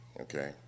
okay